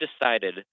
decided